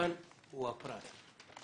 שהשחקן הוא אחד,